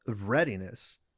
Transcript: readiness